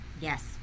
yes